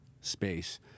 space